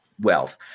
wealth